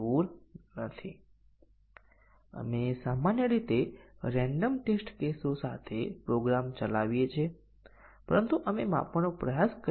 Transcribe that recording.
તેથી અહીં આ કન્ડીશન અભિવ્યક્તિમાં ત્રણ બેઝીક કન્ડીશનોનો સમાવેશ કરીને વધુ જટિલ ઉદાહરણ જોઈએ